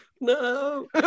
No